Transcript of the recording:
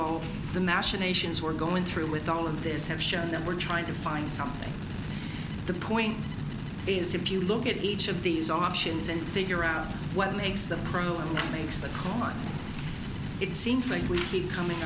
all the machinations we're going through with all of this have shown that we're trying to find something the point is if you look at each of these options and figure out what makes the pro makes the call much it seems like we keep coming